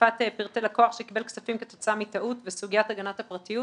חשיפת פרטי לקוח שקיבל כספים כתוצאה מטעות וסוגית הגנת הפרטיות,